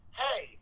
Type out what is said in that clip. hey